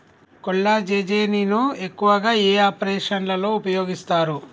కొల్లాజెజేని ను ఎక్కువగా ఏ ఆపరేషన్లలో ఉపయోగిస్తారు?